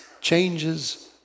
changes